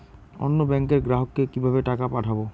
অন্য ব্যাংকের গ্রাহককে কিভাবে টাকা পাঠাবো?